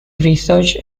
research